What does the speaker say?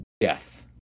death